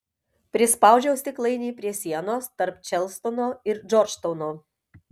prispaudžiau stiklainį prie sienos tarp čarlstono ir džordžtauno